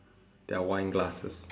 their wine glasses